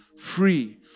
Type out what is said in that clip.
Free